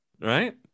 Right